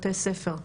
בתי ספר.